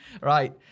right